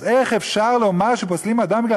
אז איך אפשר לומר שפוסלים אדם בגלל